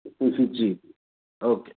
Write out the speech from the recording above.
हूं हूं जी ओके